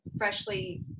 freshly